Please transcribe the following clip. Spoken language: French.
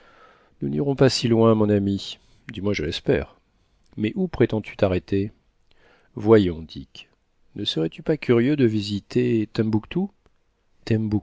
nous n'irons pas si loin mon ami du moins je l'espère mais où prétends-tu t'arrêter voyons dick ne serais-tu pas curieux de visiter